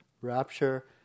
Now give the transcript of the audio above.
rapture